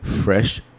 fresh